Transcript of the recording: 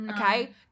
okay